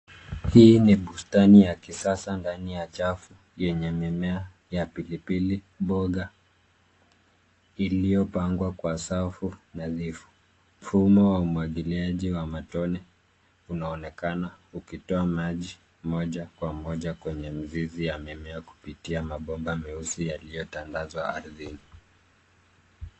Hii ni bustani ya kisasa ndani ya chafu yenye mimea ya pilipili, mboga iliyopangwa kwa safu nadhifu. Mfumo wa umwagiliaji wa matone unaonekana ukitoa maji moja kwa moja kwenye mzizi wa mimea iliyotandazwa ardhini.